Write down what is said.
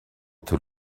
too